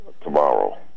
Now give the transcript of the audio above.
tomorrow